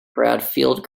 bradfield